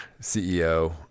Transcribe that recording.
CEO